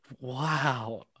wow